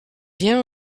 vient